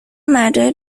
مردای